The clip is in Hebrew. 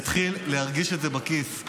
יתחיל להרגיש את זה בכיס.